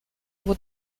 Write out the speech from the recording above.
его